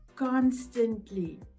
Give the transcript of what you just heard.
constantly